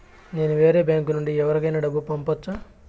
నేను వేరే బ్యాంకు నుండి ఎవరికైనా డబ్బు పంపొచ్చా?